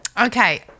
Okay